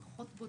פחות בודדים,